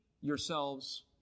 yourselves